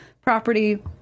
property